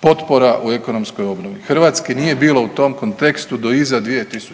potpora u ekonomskoj obnovi, Hrvatske nije bilo u tom kontekstu do iza 2000.,